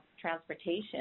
transportation